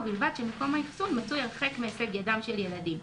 ובלבד שמקום האחסון מצוי הרחק מהישג ידם של ילדים".